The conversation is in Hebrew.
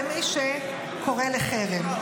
למי שקורא לחרם.